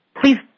please